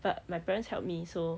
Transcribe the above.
but my parents helped me so